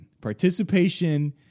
Participation